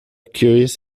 curious